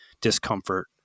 discomfort